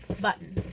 button